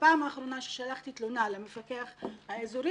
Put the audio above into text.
בפעם האחרונה ששלחתי תלונה למקפח האזורי,